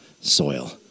soil